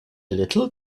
little